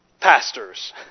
pastors